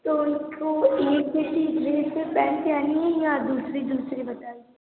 तो उन को एक जैसी ड्रेस और पैन्ट पहनाना है या दूसरी दूसरी बताइए